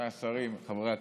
רבותיי השרים, חברי הכנסת,